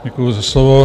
Děkuji za slovo.